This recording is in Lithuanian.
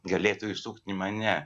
galėtų išsukti į mane